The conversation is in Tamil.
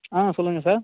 ஆ சொல்லுங்கள் சார்